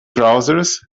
trousers